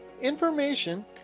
information